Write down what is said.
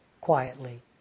quietly